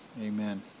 Amen